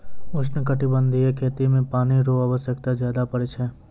उष्णकटिबंधीय खेती मे पानी रो आवश्यकता ज्यादा पड़ै छै